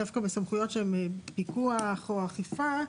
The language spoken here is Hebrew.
דווקא בסמכויות של פיקוח ואכיפה,